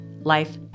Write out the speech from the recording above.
life